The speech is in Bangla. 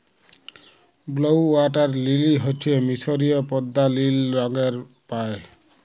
ব্লউ ওয়াটার লিলি হচ্যে মিসরীয় পদ্দা লিল রঙের পায়